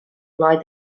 lei